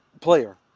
player